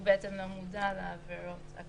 הוא לא מודע לעבירות הקיימות.